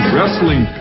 Wrestling